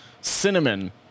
cinnamon